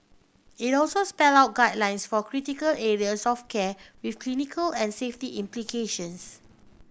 it also spelled out guidelines for critical areas of care with clinical and safety implications